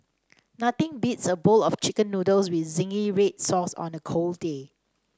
nothing beats a bowl of chicken noodles with zingy red sauce on a cold day